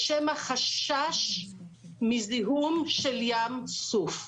מפני החשש של זיהום ים סוף.